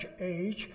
age